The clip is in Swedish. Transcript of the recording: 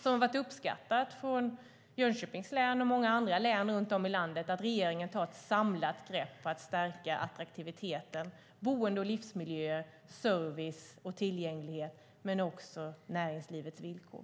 Det har från Jönköpings län och många andra län runt om i landet varit uppskattat att regeringen tar ett samlat grepp för att stärka såväl attraktivitet, boende och livsmiljö, service och tillgänglighet som näringslivets villkor.